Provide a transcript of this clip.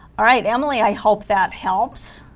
alright emily i hope that helps